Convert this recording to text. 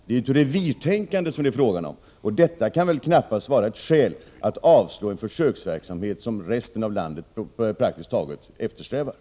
Det är fråga om ett revirtänkande, och det kan knappast vara ett skäl för att avslå förslaget om försöksverksamhet — något som man eftersträvar praktiskt taget i resten av landet.